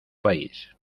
país